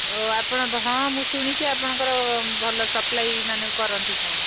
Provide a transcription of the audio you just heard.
ଓ ଆପଣ ବ ହଁ ମୁଁ ଶୁଣିଛି ଆପଣଙ୍କର ଭଲ ସପ୍ଲାାଇ ମାନେ କରନ୍ତି ହଁ